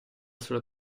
sulla